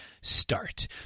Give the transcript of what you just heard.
start